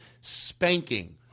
Spanking